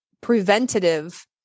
preventative